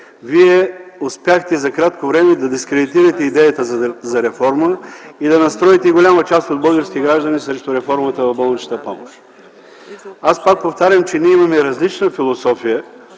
успяхте за кратко време да дискредитирате идеята за реформа и да настроите голяма част от българските граждани срещу реформата в болничната помощ. Пак повтарям: имаме различна философия